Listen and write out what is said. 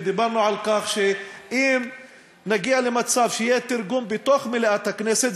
ודיברנו על כך שאם נגיע למצב שיהיה תרגום בתוך מליאת הכנסת,